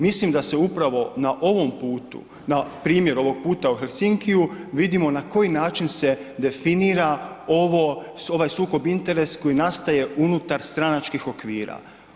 Mislim da se upravo na ovom putu, na primjer ovog puta u Helsinkiju vidimo na koji način se definira ovo, ovaj sukob interesa koji nastaje unutar stranačkih okvira.